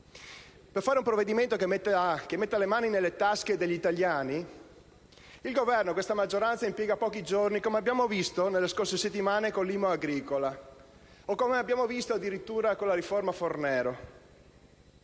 Per fare un provvedimento che metta le mani nelle tasche degli italiani, il Governo e questa maggioranza impiegano pochi giorni, come abbiamo visto nelle scorse settimane con l'IMU agricola o addirittura con la riforma Fornero.